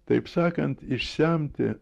taip sakant išsemti